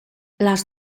las